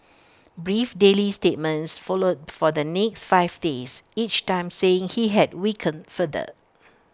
brief daily statements followed for the next five days each time saying he had weakened further